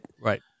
right